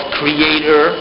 creator